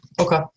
Okay